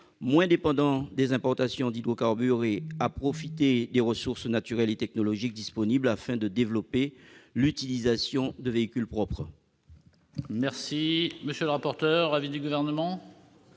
moins dépendants des importations d'hydrocarbures et à tirer profit des ressources naturelles et technologiques disponibles, afin de développer l'utilisation de véhicules propres.